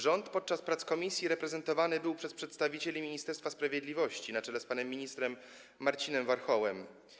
Rząd podczas prac komisji reprezentowany był przez przedstawicieli Ministerstwa Sprawiedliwości na czele z panem ministrem Marcinem Warchołem.